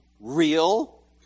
real